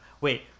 Wait